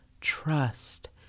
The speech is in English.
Trust